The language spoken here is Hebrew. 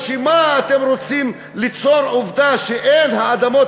או שמא אתם רוצים ליצור עובדה שהאדמות